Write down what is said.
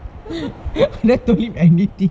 I never told him anything